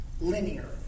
linear